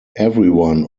everyone